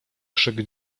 krzyk